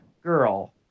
girl